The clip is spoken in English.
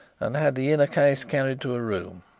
and had the inner case carried to a room.